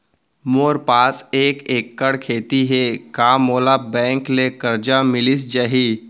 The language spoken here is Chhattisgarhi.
मोर पास एक एक्कड़ खेती हे का मोला बैंक ले करजा मिलिस जाही?